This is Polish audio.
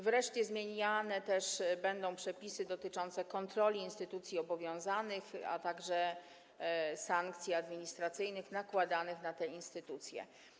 Wreszcie zmieniane będą też przepisy dotyczące kontroli instytucji obowiązanych, a także sankcji administracyjnych nakładanych na te instytucje.